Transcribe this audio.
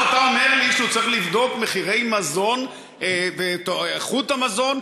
אתה אומר לי שהוא צריך לבדוק מחירי מזון ואת איכות המזון